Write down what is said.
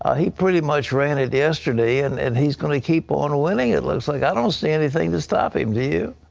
ah he pretty much ran it yesterday, and and he is going to keep on winning, it looks like. i don't see anything to stop him, do you?